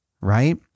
right